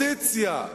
באופוזיציה,